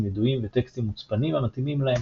ידועים וטקסטים מוצפנים המתאימים להם.